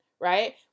right